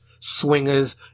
Swingers